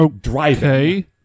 driving